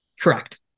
correct